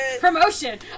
Promotion